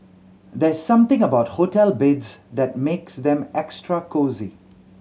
there's something about hotel beds that makes them extra cosy